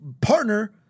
partner